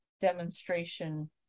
demonstration